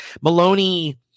Maloney